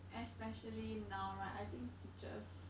especially now right I think teachers